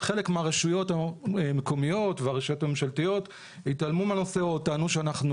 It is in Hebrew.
חלק מהרשויות המקומיות והרשויות הממשלתיות התעלמו מהנושא או טענו שאנחנו